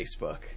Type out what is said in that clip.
Facebook